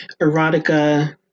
Erotica